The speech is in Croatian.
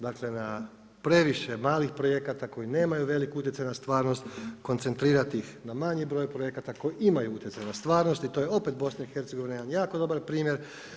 Dakle na previše malih projekata koji nemaju velik utjecaj na stvarnost, koncentrirati ih na manji broj projekata koji imaju utjecaj na stvarnost i to je opet Bosna i Hercegovina jako dobar primjer.